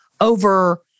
over